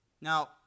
Now